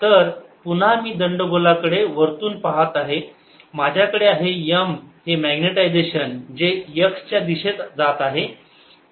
तर पुन्हा मी दंडगोलाकडे वरतून पाहत आहे माझ्याकडे आहे M हे मॅग्नेटायजेशन जे x च्या दिशेने जात आहे